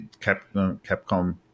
Capcom